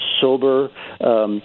sober